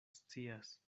scias